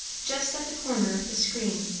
just at the corner of the screen,